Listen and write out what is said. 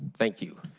thank you.